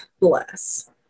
bless